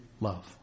love